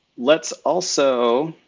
let's also